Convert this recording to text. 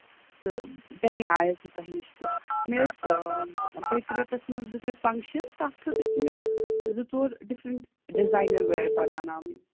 تہٕ تَمے آیَس بہٕ تۄہہِ نِش تہٕ مےٚ ٲسۍ بیٚکہِ رٮ۪تَس منٛز زٕ ترٛےٚ فَنٛکشَن تَتھ خٲطرٕ چھِ مےٚ زٕ ژور ڈِفرنٛٹ ڈِزاینَر وِیَر بَناوناوٕنۍ